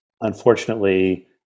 Unfortunately